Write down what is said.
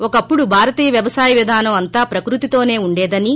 ఒకప్పుడు భారతీయ వ్యవసాయ విధానం అంతా ప్రకృతితోనే ఉండేదని